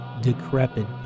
decrepit